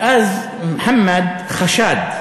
ואז מוחמד חשד,